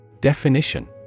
Definition